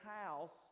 house